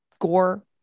gore